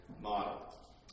model